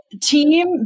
team